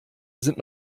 sind